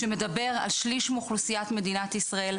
שמדבר על שליש מאוכלוסיית מדינת ישראל,